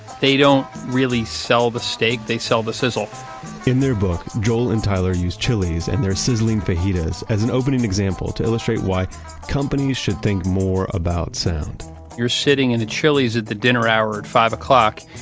they don't really sell the steak they sell the sizzle in their book, joel and tyler used chili's and their sizzling fajitas as an opening example to illustrate why companies should think more about sound you're sitting in a chili's at the dinner hour at five o'clock.